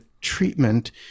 treatment